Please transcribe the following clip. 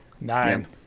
Nine